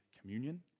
Communion